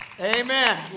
Amen